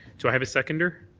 do i have a seconder?